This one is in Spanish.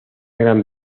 gran